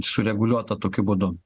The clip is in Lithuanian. sureguliuota tokiu būdu